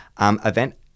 event